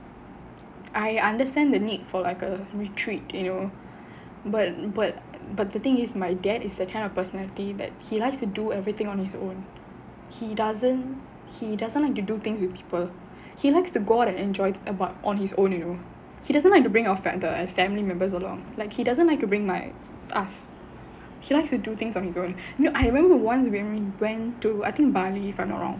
I understand the need for like a retreat you know but but but the thing is my dad is the kind of personality that he likes to do everything on his own he doesn't he doesn't like to do things with people he likes to go out and enjoy about on his own you know he doesn't like to bring like the family members along like he doesn't like to bring my us he likes to do things on his own no I remember once we went to I think bali if I'm not wrong